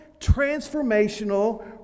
transformational